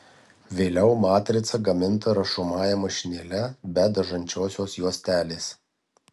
vėliau matrica gaminta rašomąja mašinėle be dažančiosios juostelės